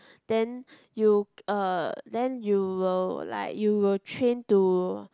then you uh then you will like you will train to